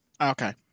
Okay